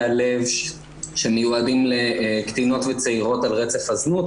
הלב שמיועדים לקטינות וצעירות על רצף הזנות,